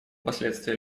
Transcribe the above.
последствия